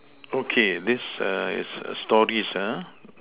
okay this err is a stories uh